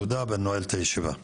תודה, אני נועל את הישיבה.